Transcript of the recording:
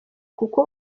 kuko